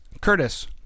Curtis